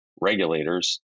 regulators